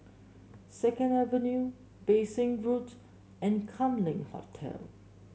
Second Avenue Bassein Road and Kam Leng Hotel